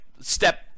step